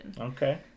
Okay